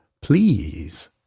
Please